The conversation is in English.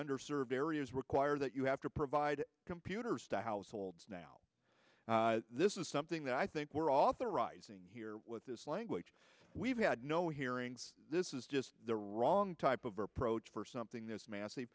under served areas require that you have to provide computers to households now this is something that i think we're authorizing here with this language we've had no hearings this is just the wrong type of approach for something this ma